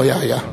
הוא היה.